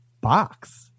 box